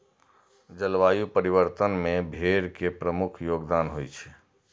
जलवायु परिवर्तन मे भेड़ के प्रमुख योगदान होइ छै